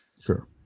Sure